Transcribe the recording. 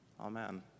Amen